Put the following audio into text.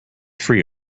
free